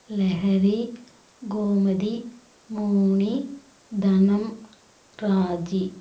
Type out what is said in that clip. லெஹதி Gomathi Moni Dhanam Raji